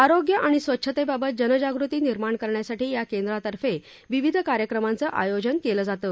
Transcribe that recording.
आरोग्य आणि स्वच्छतेबाबत जनजागृती निर्माण करण्यासाठी या केंद्रातर्फे विविध कार्यक्रमांचं आयोजन केलं जातं